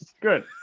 Good